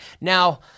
Now